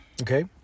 Okay